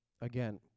again